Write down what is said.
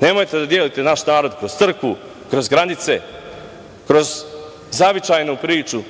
Nemojte da delite naš narod kroz crkvu, kroz granice, kroz zavičajnu priču.